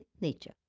nature